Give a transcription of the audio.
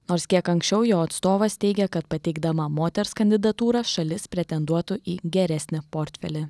nors kiek anksčiau jo atstovas teigė kad pateikdama moters kandidatūrą šalis pretenduotų į geresnį portfelį